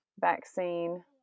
vaccine